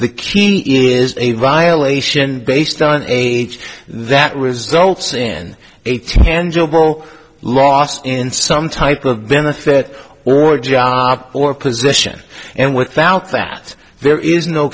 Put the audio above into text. the key is a violation based on age that results in a tangible loss in some type of benefit or job or position and without that there is no